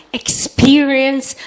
experience